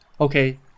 okay